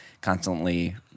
constantly –